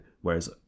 Whereas